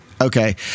Okay